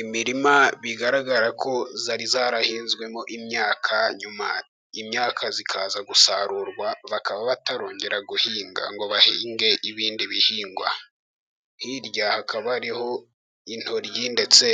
Imirima bigaragara ko yari yarahinzwemo imyaka nyuma imyaka ikaza gusarurwa, bakaba batarongera guhinga ngo bahinge ibindi bihingwa, hirya hakaba hariho intoyi ndetse